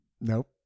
Nope